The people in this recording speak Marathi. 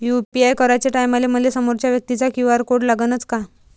यू.पी.आय कराच्या टायमाले मले समोरच्या व्यक्तीचा क्यू.आर कोड लागनच का?